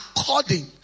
according